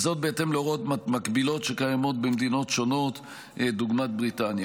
וזאת בהתאם להוראות מקבילות שקיימות במדינות שונות דוגמת בריטניה.